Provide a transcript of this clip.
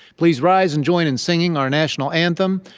please rise and join in singing our national anthem.